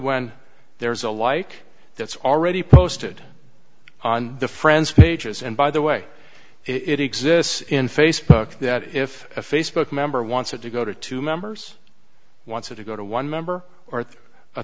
when there's a like that's already posted on the friends pages and by the way it exists in facebook that if a facebook member wants it to go to two members wants it to go to one member or a